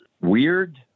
weird